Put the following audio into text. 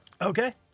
Okay